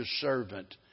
servant